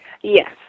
Yes